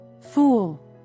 Fool